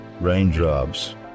raindrops